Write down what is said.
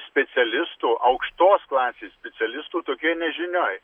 specialistų aukštos klasės specialistų tokioj nežinioj